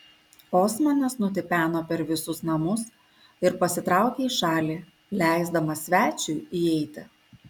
osmanas nutipeno per visus namus ir pasitraukė į šalį leisdamas svečiui įeiti